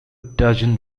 dozen